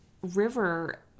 river